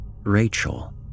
Rachel